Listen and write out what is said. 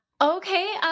Okay